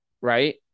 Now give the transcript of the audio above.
Right